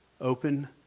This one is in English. Open